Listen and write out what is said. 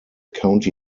county